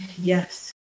yes